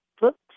books